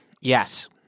Yes